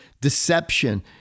Deception